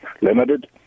limited